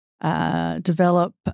Develop